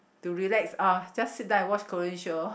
to relax uh just sit down and watch Korean show